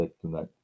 tonight